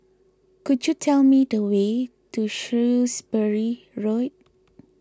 could you tell me the way to Shrewsbury Road